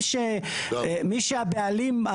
מי שהבעלים,